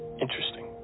Interesting